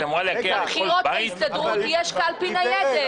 בחירות להסתדרות יש קלפי ניידת.